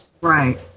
Right